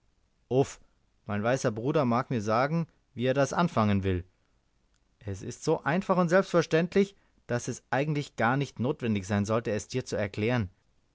mein weißer bruder mag mir sagen wie er das anfangen will es ist so einfach und selbstverständlich daß es eigentlich gar nicht notwendig sein sollte es dir zu erklären